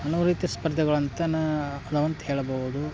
ಹಲವು ರೀತಿಯ ಸ್ಪರ್ಧೆಗಳ ಅಂತನ ಅಂತ ಹೇಳ್ಬೋದು